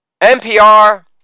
NPR